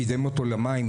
קידם אותו למים,